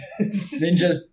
Ninjas